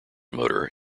motor